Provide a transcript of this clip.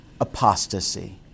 apostasy